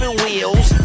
wheels